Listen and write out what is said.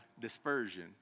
dispersion